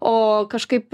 o kažkaip